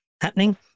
happening